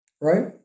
right